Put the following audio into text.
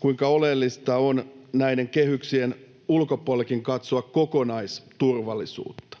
kuinka oleellista on näiden kehyksien ulkopuolellakin katsoa kokonaisturvallisuutta,